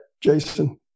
Jason